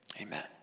amen